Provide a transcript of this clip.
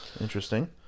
Interesting